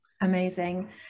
Amazing